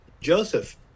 Joseph